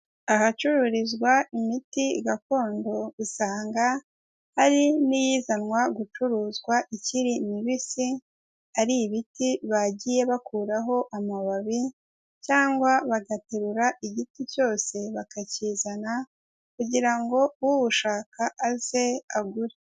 Ahacururizwa imiti gakondo usanga hari n'iyizanwa gucuruzwa ikiri mibisi, ari ibiti bagiye bakuraho amababi, cyangwa bagaterura igiti cyose bakakizana kugira ngo uwushaka aze agure.